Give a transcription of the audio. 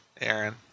Aaron